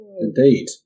Indeed